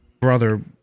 brother